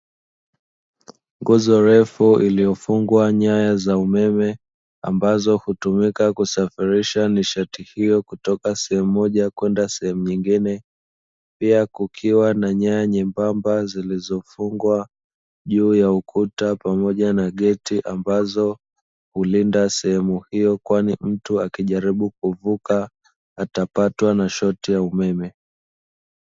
Nguzo refu iliyofungwa nyayo za umeme ambazo hutumika kusafirisha nishati hiyo kutoka sehemu moja kwenda sehemu nyingine, pia kukiwa na nyaya nyembamba zilizofungwa juu ya ukuta pamoja na geti, ambazo hulinda sehemu hiyo kwani mtu akijaribu kuvuka atapatwa na shoti ya umeme.